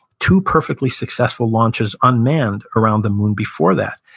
two perfectly successful launches, unmanned, around the moon before that.